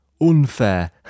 Unfair